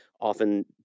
often